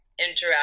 interact